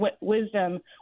wisdom